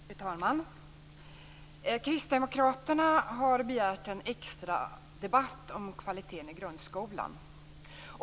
Fru talman! Kristdemokraterna har begärt en extra debatt om kvaliteten i grundskolan.